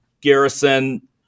garrison